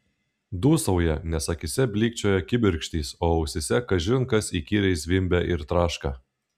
dūsauja nes akyse blykčioja kibirkštys o ausyse kažin kas įkyriai zvimbia ir traška